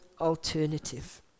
alternative